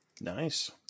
Nice